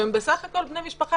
שהם בסך הכול בני משפחה.